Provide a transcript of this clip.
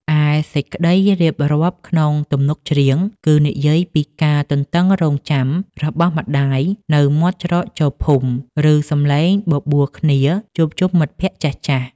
ឯសេចក្តីរៀបរាប់ក្នុងទំនុកច្រៀង គឺនិយាយពីការទន្ទឹងរង់ចាំរបស់ម្ដាយនៅមាត់ច្រកចូលភូមិ ឬសម្លេងបបួលគ្នាជួបជុំមិត្តភក្តិចាស់ៗ។